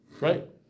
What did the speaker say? right